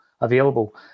available